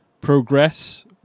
progress